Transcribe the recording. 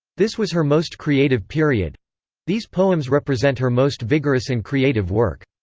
this was her most creative period these poems represent her most vigorous and creative work.